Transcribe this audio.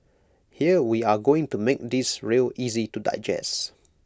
here we are going to make this real easy to digest